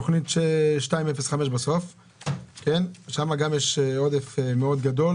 תוכנית 205 בסוף, שם גם יש עודף מאוד גדול.